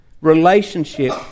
relationship